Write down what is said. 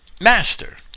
master